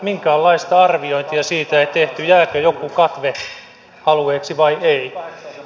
minkäänlaista arviointia siitä ei tehty jääkö joku katvealueeksi vai ei